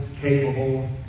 capable